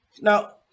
Now